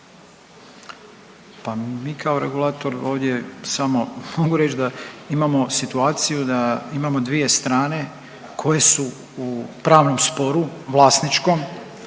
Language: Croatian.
Pa mi kao regulator ovdje samo mogu reći da imamo situaciju da imamo dvije strane koje su pravom sporu vlasničkom,